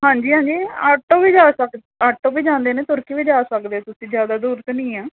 ਹਾਂਜੀ ਹਾਂਜੀ ਆਟੋ ਵੀ ਜਾ ਸਕ ਆਟੋ ਵੀ ਜਾਂਦੇ ਨੇ ਤੁਰ ਕੇ ਵੀ ਜਾ ਸਕਦੇ ਤੁਸੀਂ ਜ਼ਿਆਦਾ ਦੂਰ ਤਾਂ ਨਹੀਂ ਆ